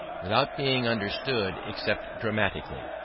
without being understood except dramatically.